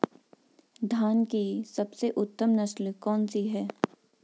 धान की सबसे उत्तम नस्ल कौन सी है?